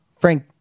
frank